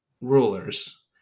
rulers